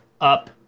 up